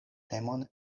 temon